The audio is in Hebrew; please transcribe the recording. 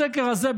בסקר הזה,